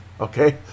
okay